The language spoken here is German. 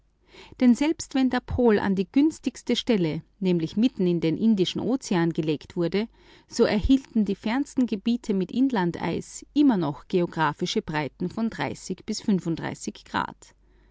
denn selbst wenn der pol an die günstigste stelle nämlich mitten in den indischen ozean gelegt wurde so erhielten die fernsten gebiete mit inlandeis immer noch geographische breiten von bis